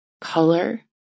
color